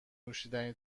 نوشیدنی